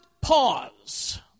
pause